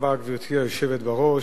גברתי היושבת בראש,